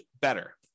better